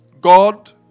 God